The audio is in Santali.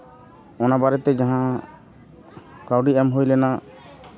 ᱚᱱᱟ ᱵᱟᱨᱮᱛᱮ ᱡᱟᱦᱟᱸ ᱠᱟᱹᱣᱰᱤ ᱮᱢ ᱦᱩᱭ ᱞᱮᱱᱟ